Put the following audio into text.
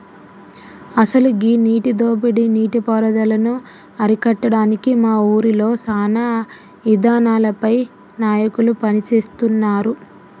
అసలు గీ నీటి దోపిడీ నీటి పారుదలను అరికట్టడానికి మా ఊరిలో సానా ఇదానాలపై నాయకులు పని సేస్తున్నారు